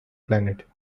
planet